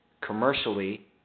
commercially